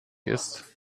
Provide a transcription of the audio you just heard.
ist